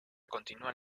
continúan